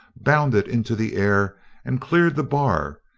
bounded into the air and cleared the bar,